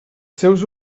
seus